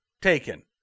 taken